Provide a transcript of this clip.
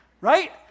right